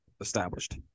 established